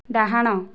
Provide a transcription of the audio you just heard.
ଡାହାଣ